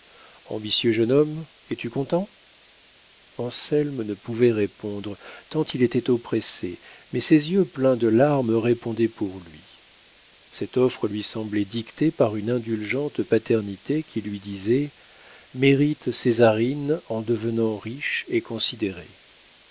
ambitieux jeune homme es-tu content anselme ne pouvait répondre tant il était oppressé mais ses yeux pleins de larmes répondaient pour lui cette offre lui semblait dictée par une indulgente paternité qui lui disait mérite césarine en devenant riche et considéré